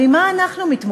אבל עם מה אנחנו מתמודדים?